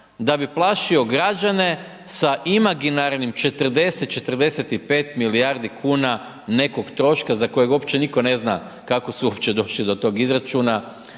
da bi plašio građane sa imaginarnim 40, 45 milijardi kuna nekog troška za kojeg uopće nitko ne zna kako su uopće došli do tog izračuna